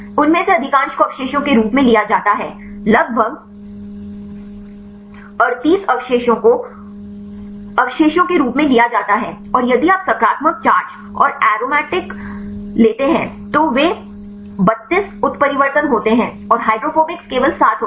उनमें से अधिकांश को अवशेषों के रूप में लिया जाता है लगभग 38 अवशेषों को अवशेषों के रूप में लिया जाता है और यदि आप सकारात्मक चार्ज और एरोमेटिक लेते हैं तो वे 32 उत्परिवर्तन होते हैं और हाइड्रोफोबिक्स केवल 7 होते हैं